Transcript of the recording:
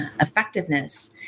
effectiveness